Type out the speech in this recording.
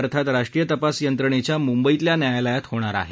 अर्थात राष्ट्रीय तपास यंत्रणेच्या मुंबईतल्या न्यायालयात होणार आहे